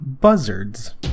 buzzards